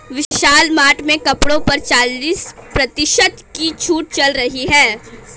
विशाल mart में कपड़ों पर चालीस प्रतिशत की छूट चल रही है